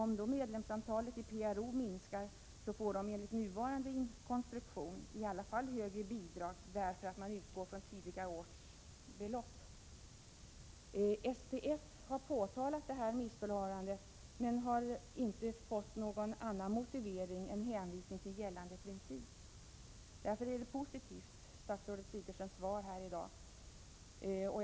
Om medlemsantalet i PRO minskar får organisationen enligt nuvarande konstruktion ändå högre bidrag, eftersom man utgår från tidigare års belopp. SPF har påtalat detta missförhållande men har inte fått någon annan motivering för rådande ordning än en hänvisning till gällande princip. Därför är statsrådet Sigurdsens svar här i dag positivt.